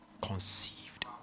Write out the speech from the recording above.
conceived